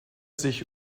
sich